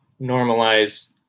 normalize